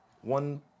One